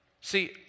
See